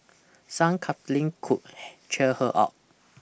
some cuddling could cheer her up